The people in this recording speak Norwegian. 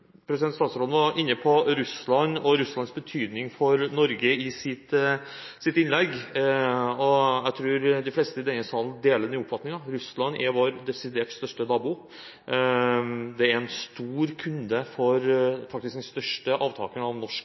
Statsråden var i sitt innlegg inne på Russland og Russlands betydning for Norge. Jeg tror de fleste i denne salen deler den oppfatningen. Russland er vår desidert største nabo. Det er en stor kunde, faktisk den største avtakeren av norsk